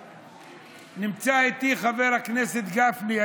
נמצא איתי חבר הכנסת גפני.